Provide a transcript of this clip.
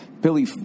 Billy